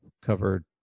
covered